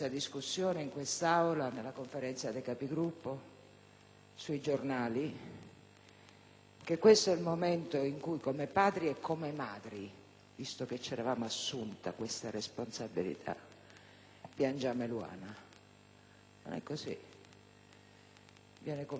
che questo è il momento in cui, come padri e come madri, visto che ci eravamo assunti questa responsabilità, piangiamo Eluana. Non è così. Viene compiuto, sulla morte di Eluana, l'ennesimo atto di sciacallaggio politico. *(Vivi